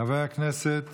חבר הכנסת